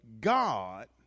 God